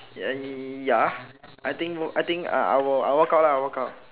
uh ya I think will I think uh I will I ah walk out lah walk out